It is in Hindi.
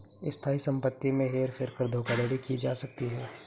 स्थायी संपत्ति में हेर फेर कर धोखाधड़ी की जा सकती है